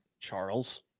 Charles